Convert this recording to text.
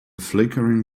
flickering